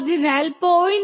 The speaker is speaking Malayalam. അതിനാൽ 0